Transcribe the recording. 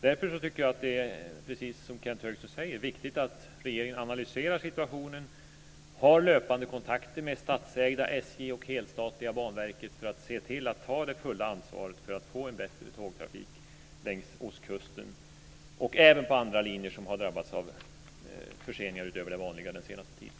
Därför är det, precis som Kenth Högström säger, viktigt att regeringen analyserar situationen, har löpande kontakter med statsägda SJ och helstatliga Banverket för att se till att de tar det fulla ansvaret för att få en bättre tågtrafik längs ostkusten och även på andra linjer som har drabbats av förseningar utöver det vanliga den senaste tiden.